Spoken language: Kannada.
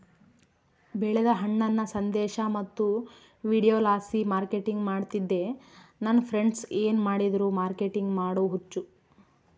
ಬೆಳೆದ ಹಣ್ಣನ್ನ ಸಂದೇಶ ಮತ್ತು ವಿಡಿಯೋಲಾಸಿ ಮಾರ್ಕೆಟಿಂಗ್ ಮಾಡ್ತಿದ್ದೆ ನನ್ ಫ್ರೆಂಡ್ಸ ಏನ್ ಮಾಡಿದ್ರು ಮಾರ್ಕೆಟಿಂಗ್ ಮಾಡೋ ಹುಚ್ಚು